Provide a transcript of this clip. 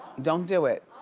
don't do it.